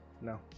No